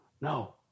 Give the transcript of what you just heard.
No